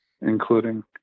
including